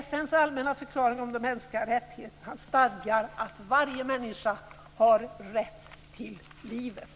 FN:s allmänna förklaring om de mänskliga rättigheterna stadgar att varje människa har rätt till livet.